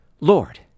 Lord